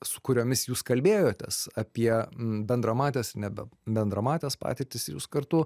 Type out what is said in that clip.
su kuriomis jūs kalbėjotės apie bendramates nebe bendramates patirtis ir jūs kartu